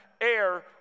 air